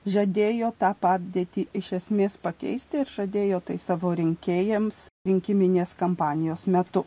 žadėjo tą padėtį iš esmės pakeisti ir žadėjo tai savo rinkėjams rinkiminės kampanijos metu